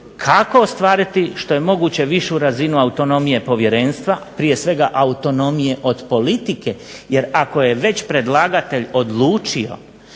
kako ostvariti što je moguće višu razinu autonomije povjerenstva, prije svega autonomije od politike jer ako je već predlagatelj odlučio